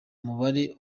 mubare